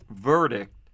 verdict